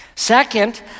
Second